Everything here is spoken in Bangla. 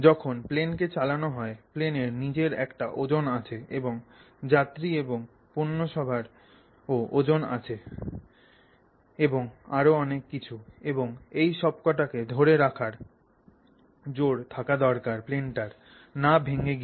যখন প্লেনকে চালানো হয় প্লেনের নিজের একটা ওজন আছে এবং যাত্রী এবং পণ্যসম্ভার এরও ওজন আছে এবং আরও অনেক কিছু এবং এই সব কটাকে ধরে রাখার জোর থাকা দরকার প্লেনটার না ভেঙ্গে গিয়ে